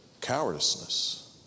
cowardice